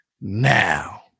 Now